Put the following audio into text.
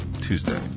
Tuesday